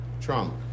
Trump